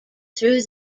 through